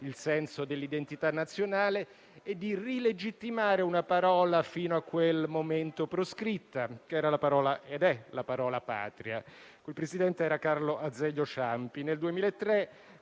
il senso dell'identità nazionale e di rilegittimare una parola fino a quel momento proscritta, che era ed è la parola «Patria». Quel Presidente era Carlo Azeglio Ciampi.